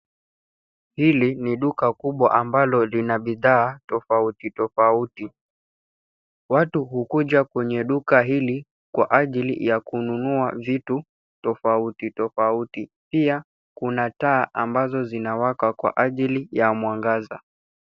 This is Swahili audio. Hili ni duka kubwa ambalo lina bidhaa tofauti tofauti. Watu hukuja kwenye duka hili kwa ajili ya kununua vitu tofauti tofauti. Pia kuna taa ambazo zinawaka kwa ajili ya mwangaza.